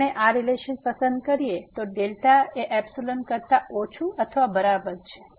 જો આપણે આ રીલેશન પસંદ કરીએ તો δ એ કરતા ઓછું અથવા બરાબર છે